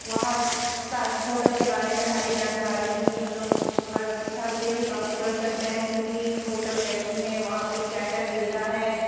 वहाँ साथ होटल के बारे में सारी जानकारी भी हम लोग घर से ही प्राप्त कर सकते हैं क्योंकि होटल कैसी है वहाँ पर क्या क्या सुविधा है